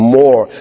more